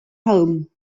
home